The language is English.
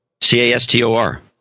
C-A-S-T-O-R